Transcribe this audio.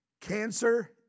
Cancer